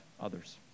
others